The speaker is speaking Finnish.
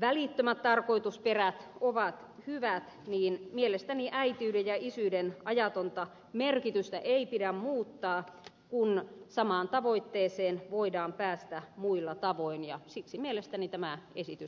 välittömät tarkoitusperät ovat hyvät niin mielestäni äitiyden ja isyyden ajatonta merkitystä ei pidä muuttaa kun samaan tavoitteeseen voidaan päästä muilla tavoin ja siksi mielestäni tämä esitys tulee hylätä